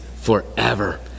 forever